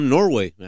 Norway